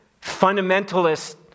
fundamentalist